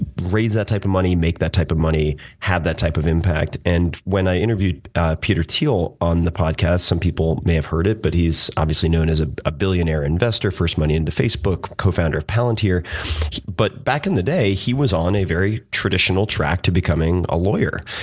raise that type of money, make that type of money, have that type of impact, and when i interviewed peter thiel on the podcast some people may have heard it but he's, obviously, known as ah a billionaire investor, first money into facebook, co-founder of palantir. but back in the day, he was on a very traditional track to becoming a lawyer,